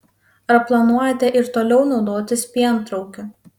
ar planuojate ir toliau naudotis pientraukiu